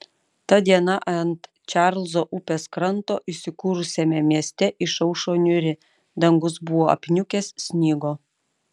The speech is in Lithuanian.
ta diena ant čarlzo upės kranto įsikūrusiame mieste išaušo niūri dangus buvo apniukęs snigo